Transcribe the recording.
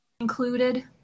Included